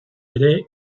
ere